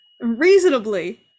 reasonably